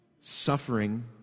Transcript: suffering